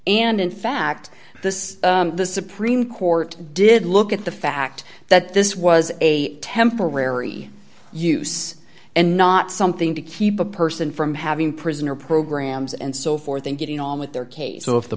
and in fact this is the supreme court did look at the fact that this was a temporary use and not something to keep a person from having prisoner programs and so forth and getting on with their case so if the